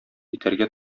итәргә